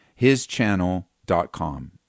hischannel.com